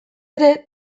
ere